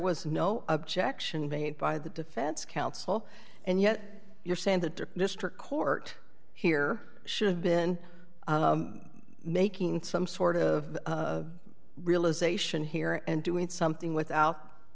was no objection made by the defense counsel and yet you're saying that the district court here should have been making some sort of realization here and doing something without